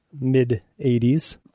mid-'80s